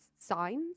signs